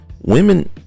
Women